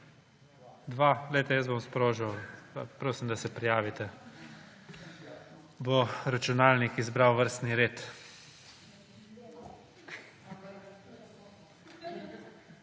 Dva? Glejte, jaz bom sprožil, pa prosim, da se prijavite. Bo računalnik izbral vrstni red.